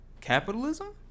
capitalism